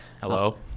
Hello